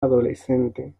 adolescente